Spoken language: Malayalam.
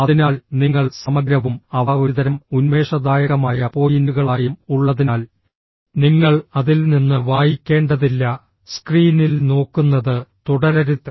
അതിനാൽ നിങ്ങൾ സമഗ്രവും അവ ഒരുതരം ഉന്മേഷദായകമായ പോയിന്റുകളായും ഉള്ളതിനാൽ നിങ്ങൾ അതിൽ നിന്ന് വായിക്കേണ്ടതില്ല സ്ക്രീനിൽ നോക്കുന്നത് തുടരരുത്